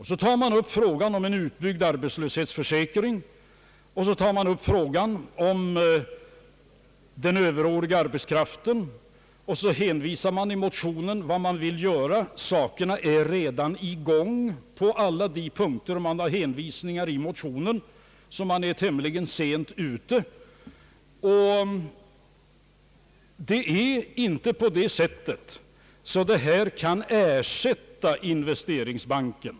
Man tar då upp frågan om en utbyggd arbetslöshetsförsäkring, och man tar upp frågan om den överåriga arbetskraften, och så hänvisar man i motionen till vad man vill göra i dessa fall. Ja, dessa åtgärder vidtas redan på alla de punkter där man har gjort hänvisningar i motionen, och man är därför tämligen sent ute. Det förhåller sig inte på det sättet, att dessa åtgärder kan ersätta investeringsbanken.